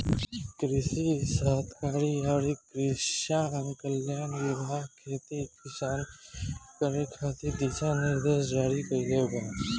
कृषि सहकारिता अउरी किसान कल्याण विभाग खेती किसानी करे खातिर दिशा निर्देश जारी कईले बा